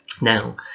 Now